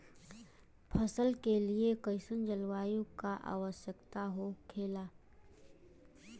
फसल के लिए कईसन जलवायु का आवश्यकता हो खेला?